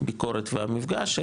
הביקורת והמפגש,